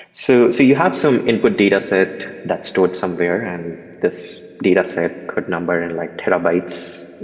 so so you have some input dataset that's stored somewhere, and this dataset could number in like terabytes.